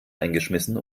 eingeschmissen